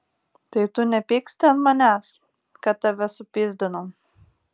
tai tu nepyksti ant manęs kad tave supyzdinau